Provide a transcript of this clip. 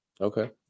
Okay